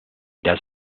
does